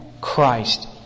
Christ